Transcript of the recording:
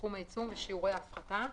סכום העיצום ושיעורי ההפחתה,